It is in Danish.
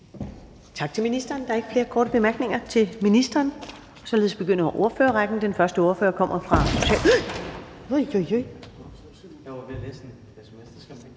Tak til ministeren. Der er ikke flere korte bemærkninger til ministeren. Således begynder ordførerrækken. Velkommen til